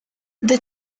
the